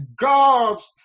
God's